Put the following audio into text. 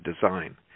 design